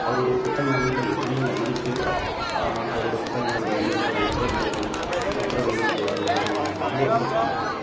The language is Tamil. அவருடைய புத்தகங்களில் எத்தனையோ இருக்குது அவருடைய புத்தகங்களில் வெளி வந்த ருத்ர வீணை ருத்ர வீணை தொடர் வந்து எனக்கு ரொம்ப ரொம்ப பிடிக்கும்